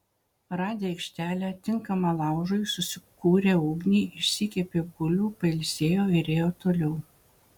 radę aikštelę tinkamą laužui susikūrė ugnį išsikepė bulvių pailsėjo ir ėjo toliau